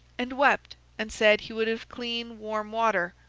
and wept and said he would have clean warm water,